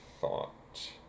thought